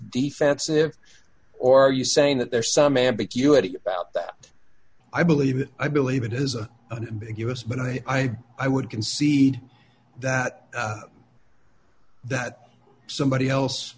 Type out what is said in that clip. defensive or are you saying that there's some ambiguity about that i believe that i believe it has a big u s but i i would concede that that somebody else